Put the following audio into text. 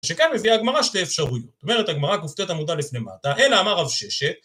שכאן מביאה הגמרא שתי אפשרויות, זאת אומרת הגמרא קופצת עמודה לפני מטה, אין לה מה רבששת